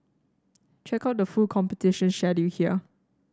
check out the full competition schedule here